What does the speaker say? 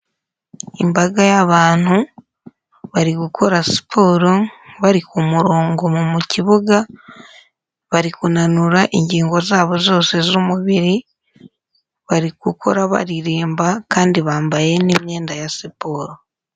Imbaga y'abantu bari gukora siporo, bari ku murongo mu kibuga, bari kunanura ingingo zabo zose z'umubiri, bari gukora baririmba kandi bambaye n'imyenda ya siporo.